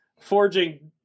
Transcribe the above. forging